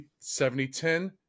7010